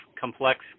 complex